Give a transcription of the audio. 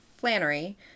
flannery